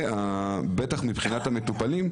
מבחינת המטופלים,